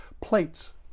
plates